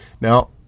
Now